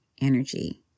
energy